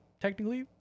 technically